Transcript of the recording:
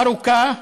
ארוכה,